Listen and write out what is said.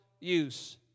use